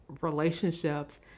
relationships